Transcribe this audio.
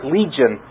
legion